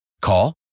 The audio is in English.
Call